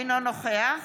אינו נוכח